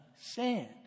sand